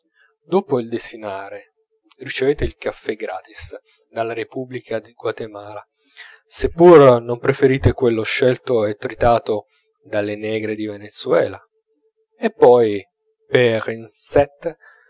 dopo il desinare ricevete il caffè gratis dalla repubblica del guatemala se pure non preferite quello scelto e tritato dalle negre di venezuela e poi per